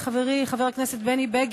חברת הכנסת מרב מיכאלי,